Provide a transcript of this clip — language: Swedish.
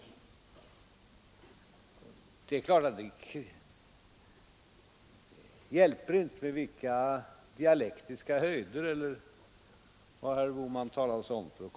Det är klart att man inte kommer ifrån det genom att svinga sig upp till några dialektiska höjder, eller vad herr Bohman talade om.